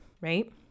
right